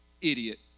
idiot